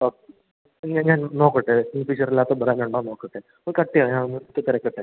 O ഞാൻ ഞാൻ നോക്കട്ടെ കിങ് ഫിഷറില്ലാത്ത ബ്രാൻറ്റൊണ്ടന്ന് നോക്കട്ടെ കട്ട് ചെയ്യാമോ ഞാൻ ഒന്ന് തിരക്കട്ടെ